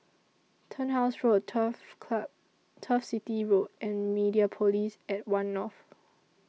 Turnhouse Road Turf corn Turf City Road and Mediapolis At one North